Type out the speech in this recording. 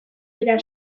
dira